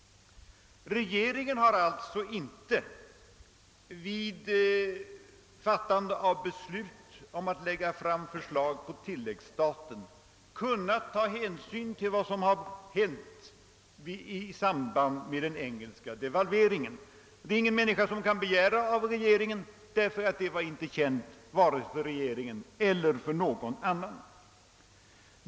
Regeringen har alltså inte vid fattandet av beslut om förslag på tilläggsstaten kunnat ta hänsyn till vad som har hänt i samband med den engelska devalveringen. Ingen kan heller begära detta av regeringen, eftersom devalveringen då inte var känd vare sig för regeringen eller för någon annan.